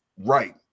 right